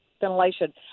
ventilation